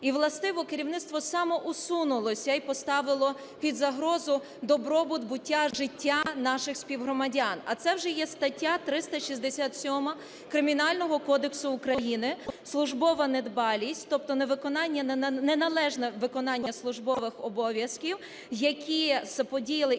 І властиво, керівництво самоусунулося і поставило під загрозу добробут, буття, життя наших співгромадян, а це вже є стаття 367 Кримінального кодексу України "Службова недбалість", тобто неналежне виконання службових обов'язків, які заподіяли